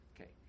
Okay